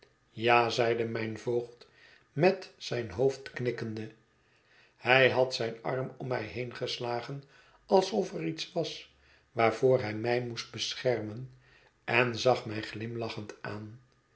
ja zeide mijn voogd met zijn hoofd knikkende hij had zijn arm om mij heengeslagen alsof er iets was waarvoor hij mij moest besebermen en zag mij glimlachend aan